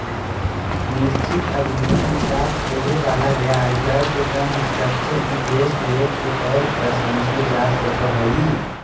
निश्चित अवधि में प्राप्त होवे वाला ब्याज दर के टर्म स्ट्रक्चर इंटरेस्ट रेट के तौर पर समझल जा सकऽ हई